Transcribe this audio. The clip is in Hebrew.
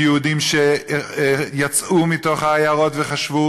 מיהודים שיצאו מתוך העיירות וחשבו